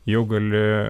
jau gali